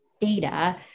data